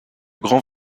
grand